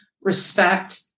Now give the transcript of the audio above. respect